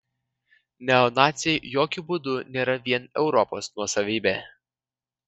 neonaciai jokiu būdu nėra vien europos nuosavybė